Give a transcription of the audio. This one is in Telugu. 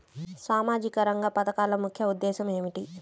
సామాజిక రంగ పథకాల ముఖ్య ఉద్దేశం ఏమిటీ?